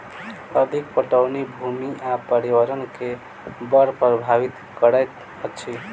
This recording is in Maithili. अधिक पटौनी भूमि आ पर्यावरण के बड़ प्रभावित करैत अछि